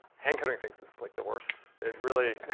hand-coding things is like the worst. it really